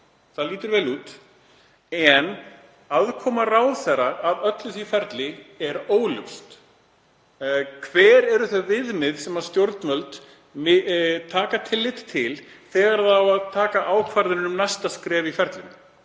og lítur vel út en aðkoma ráðherra að öllu því ferli er óljós. Hver eru þau viðmið sem stjórnvöld taka tillit til þegar á að taka ákvarðanir um næsta skref í ferlinu,